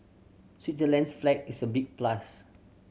Switzerland's flag is a big plus